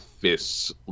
fists